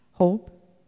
Hope